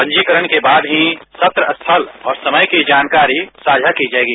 पंजीकरण के बाद ही सत्र स्थल समय की जानकारी साज्ञा की जएगी